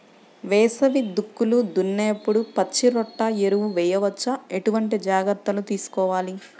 వేసవి దుక్కులు దున్నేప్పుడు పచ్చిరొట్ట ఎరువు వేయవచ్చా? ఎటువంటి జాగ్రత్తలు తీసుకోవాలి?